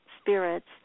spirits